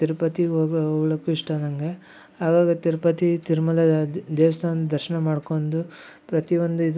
ತಿರುಪತಿಗೆ ಹೋಗಿ ಹೋಗಲಿಕ್ಕು ಇಷ್ಟ ನನಗೆ ಆಗಾಗ ತಿರುಪತಿ ತಿರುಮಲ ದೇವಸ್ಥಾನ ದರ್ಶನ ಮಾಡ್ಕೊಂಡು ಪ್ರತಿಯೊಂದು ಇದು